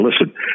Listen